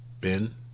Ben